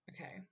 Okay